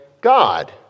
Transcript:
God